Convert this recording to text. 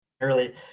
early